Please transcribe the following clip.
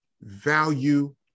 value